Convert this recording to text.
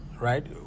right